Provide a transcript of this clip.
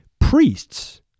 priests